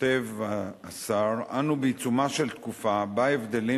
כותב השר: אנו בעיצומה של תקופה שבה הבדלים